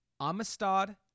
Amistad